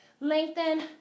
Lengthen